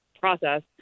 process